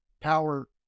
power